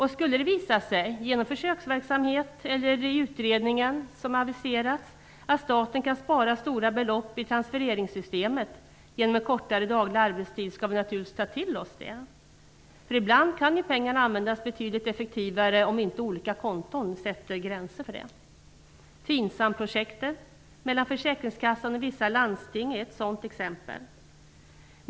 Skulle det visa sig genom försöksverksamhet eller genom den utredning som aviserats att staten kan spara stora belopp i transfereringssystemet genom en kortare daglig arbetstid, skall vi naturligtvis ta till oss den möjligheten. Ibland kan ju pengarna användas betydligt effektivare om inte olika konton sätter gränser för deras användning. Tingsam-projektet mellan försäkringskassan och vissa landsting är ett sådant exempel.